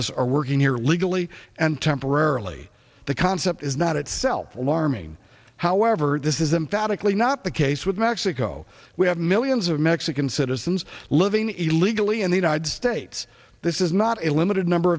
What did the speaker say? this are working here legally and temporarily the concept is not itself alarming however this is emphatically not the case with mexico we have millions of mexican citizens living illegally in the united states this is not a limited number